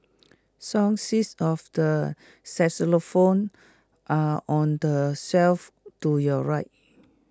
song sheets of the xylophones are on the shelf to your right